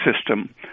system